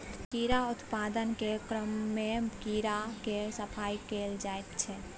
कीड़ा उत्पादनक क्रममे कीड़ाक सफाई कएल जाइत छै